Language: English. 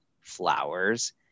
flowers